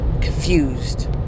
Confused